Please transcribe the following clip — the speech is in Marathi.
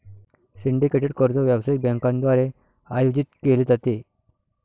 सिंडिकेटेड कर्ज व्यावसायिक बँकांद्वारे आयोजित केले जाते